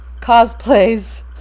cosplays